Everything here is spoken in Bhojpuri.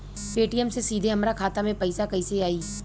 पेटीएम से सीधे हमरा खाता मे पईसा कइसे आई?